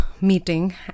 meeting